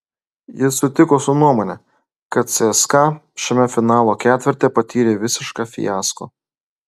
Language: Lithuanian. jis sutiko su nuomone kad cska šiame finalo ketverte patyrė visišką fiasko